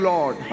Lord